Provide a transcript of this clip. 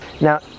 Now